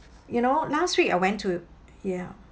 you know last week I went to ya